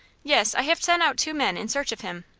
yes, i have sent out two men in search of him.